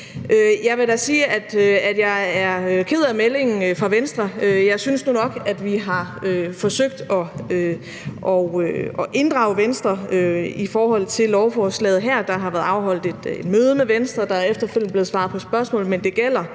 Jeg vil da sige, at jeg er ked af meldingen fra Venstre. Jeg synes nu nok, at vi har forsøgt at inddrage Venstre i forhold til lovforslaget her; der har været afholdt et møde med Venstre, og der er efterfølgende blevet svaret på spørgsmål, men det gælder